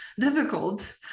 difficult